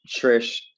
Trish